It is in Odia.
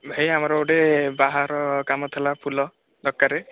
ଭାଇ ଆମର ଗୋଟିଏ ବାହାଘର କାମ ଥିଲା ଫୁଲ ଦରକାର